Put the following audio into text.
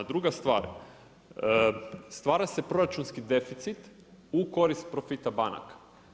Druga stvar, stvara se proračunski deficit u korist profita banaka.